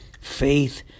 Faith